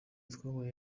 twahuye